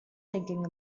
thinking